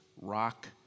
rock